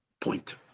point